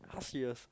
!huh! serious